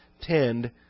tend